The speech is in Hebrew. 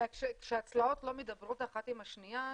כי כשהצלעות לא מדברות אחת עם השנייה,